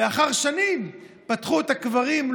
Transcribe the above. לאחר שנים פתחו את הקברים,